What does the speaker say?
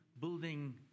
building